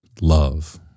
love